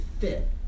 fit